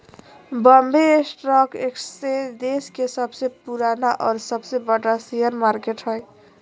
Bombay stock exchange देश के सबसे पुराना और सबसे बड़ा शेयर मार्केट हइ